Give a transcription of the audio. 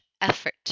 effort